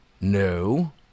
No